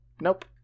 Nope